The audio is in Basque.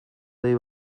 dei